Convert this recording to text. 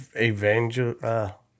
Evangel